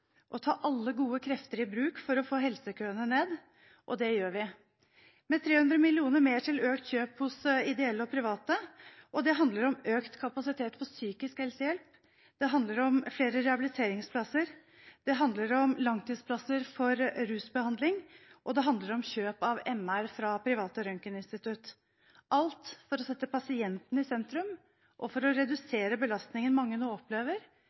å ta alle gode krefter i bruk for å få helsekøene ned. Det gjør vi – med 300 mill. kr mer til økt kjøp hos ideelle og private. Det handler om økt kapasitet for å få psykisk helsehjelp, det handler om flere rehabiliteringsplasser, det handler om langtidsplasser for rusbehandling, og det handler om kjøp av MR fra private røntgeninstitutter – alt for å sette pasienten i sentrum og for å redusere belastningen mange nå opplever